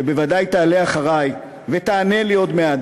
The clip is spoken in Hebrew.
שבוודאי תעלה אחרי ותענה לי עוד מעט,